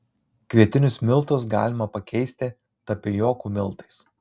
kvietinius miltus galima pakeisti tapijokų miltais